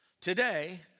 today